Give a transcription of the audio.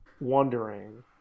wondering